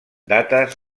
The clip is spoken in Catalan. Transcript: dates